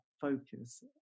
focus